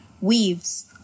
weaves